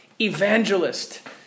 Evangelist